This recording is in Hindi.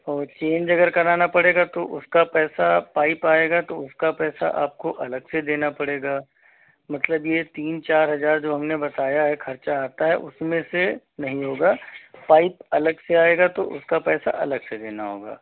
और चेंज अगर कराना पड़ेगा तो उसका पैसा पाइप अगर आएगा तो उसका पैसा आपको अलग से देना पड़ेगा मतलब ये तीन चार हजार जो हमने बताया है खर्चा आता है उसमें से नहीं होगा पाइप अलग से आएगा तो उसका पैसा अलग से देना होगा